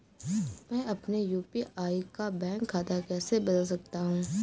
मैं अपने यू.पी.आई का बैंक खाता कैसे बदल सकता हूँ?